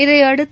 இதையடுத்து